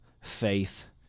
faith